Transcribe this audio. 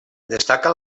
destaca